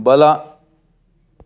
ಬಲ